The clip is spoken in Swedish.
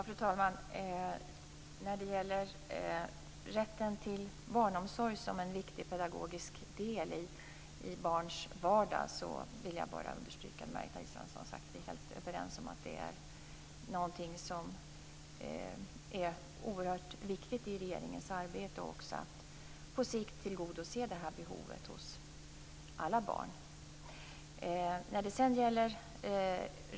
Fru talman! När det gäller rätten till barnomsorg som en viktig pedagogisk del i barns vardag vill jag bara understryka det Margareta Israelsson sade. Vi är helt överens om att det är någonting som är oerhört viktigt i regeringens arbete för att på sikt tillgodose det behovet hos alla barn.